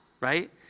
right